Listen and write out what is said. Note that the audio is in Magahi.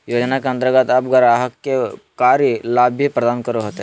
योजना के अंतर्गत अब ग्राहक के कर लाभ भी प्रदान होतय